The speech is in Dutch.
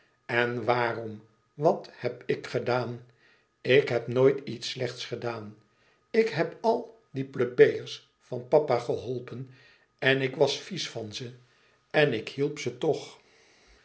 en waarom wat heb ik gedaan ik heb nooit iets slechts gedaan ik heb al die plebejers van papa geholpen en ik was viesch van ze en ik hielp ze toch